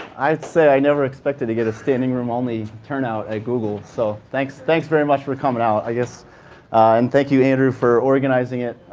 i'd said i never expected to get a standing room only turnout at google. so thanks thanks very much for coming out. and thank you, andrew, for organizing it.